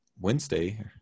Wednesday